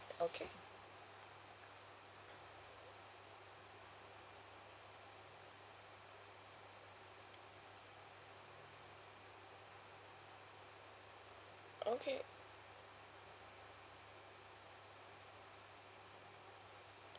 okay